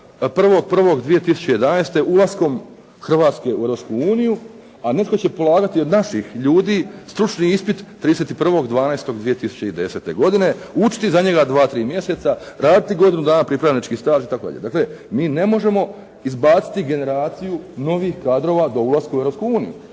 1.1.2011. ulaskom Hrvatske u Europsku uniju, a netko će polagati od naših ljudi stručni ispit 31.12.2010. godine, učiti za njega dva-tri mjeseca, raditi godinu dana pripravnički staž itd. Dakle mi ne možemo izbaciti generaciju novih kadrova do ulaska u